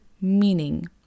meaning